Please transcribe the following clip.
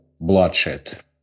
bloodshed